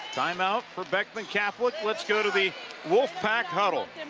time out for beckman catholic let's go to the wolfpack huddle.